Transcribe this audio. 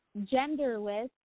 genderless